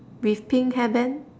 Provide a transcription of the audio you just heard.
with pink hairband